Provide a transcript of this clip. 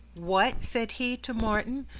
what! said he to martin,